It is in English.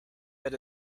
that